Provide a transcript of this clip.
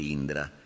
Indra